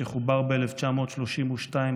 שחובר ב-1932,